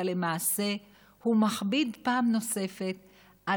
אבל למעשה הוא מכביד פעם נוספת על